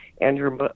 Andrew